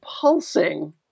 pulsing